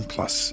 Plus